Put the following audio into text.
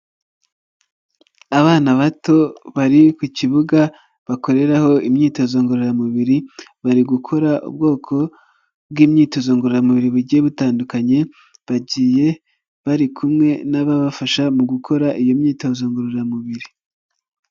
Abana bato bari ku kibuga bakoreraho imyitozo ngororamubiri bari gukora ubwoko bw'imyitozo ngororamubiri bugiye butandukanye bagiye bari kumwe n'ababafasha mu gukora iyo myitozo ngororamubiri.